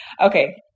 Okay